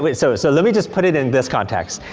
wait. so so, let me just put it in this context.